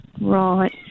Right